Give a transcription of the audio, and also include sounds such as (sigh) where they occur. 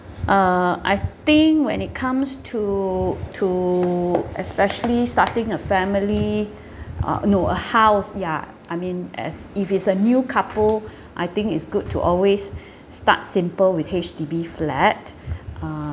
uh I think when it comes to to especially starting a family (breath) uh no a house ya I mean as if it's a new couple (breath) I think it's good to always (breath) start simple with H_D_B flat uh